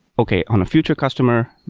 okay. on a future customer,